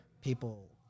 People